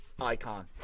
Icon